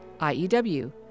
IEW